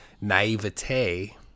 naivete